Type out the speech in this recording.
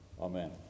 Amen